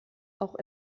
auch